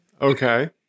Okay